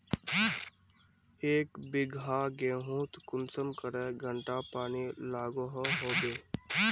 एक बिगहा गेँहूत कुंसम करे घंटा पानी लागोहो होबे?